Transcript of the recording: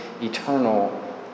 eternal